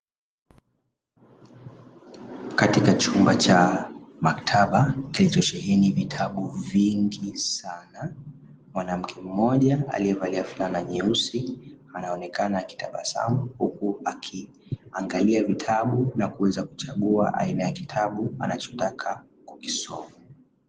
Katika chumba cha maktaba kilicho sheheni vitabu vingi sana, mwanamke mmoja aliye valia fulana nyeusi, anaonekana akitabasamu. Huku akiangalia vitabu na kuweza kuchagua aina ya kitabu anachotaka kukisoma.